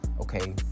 Okay